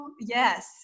Yes